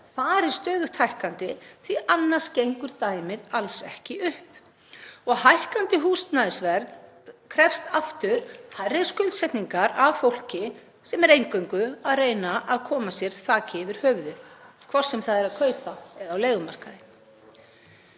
fari stöðugt hækkandi því annars gengur dæmið alls ekki upp. Hækkandi húsnæðisverð krefst síðan hærri skuldsetningar af fólki sem er eingöngu að reyna að koma sér þaki yfir höfuðið, hvort sem það er að kaupa eða er á leigumarkaði.